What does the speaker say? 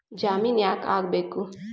ಜಾಮಿನ್ ಯಾಕ್ ಆಗ್ಬೇಕು?